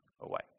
away